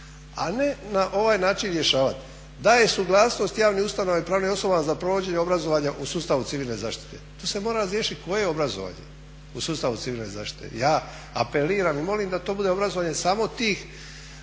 ne na ovaj način rješavati. Daje suglasnost javnim ustanovama i pravnim osobama za provođenje obrazovanja u sustavu civilne zaštite. To se mora razriješit koje obrazovanje u sustavu civilne zaštite. Ja apeliram i molim da to bude obrazovanje samo tih